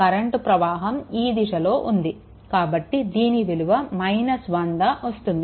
current ప్రవాహం ఈ దిశలో ఉంది కాబట్టి దీని విలువ 100 వస్తుంది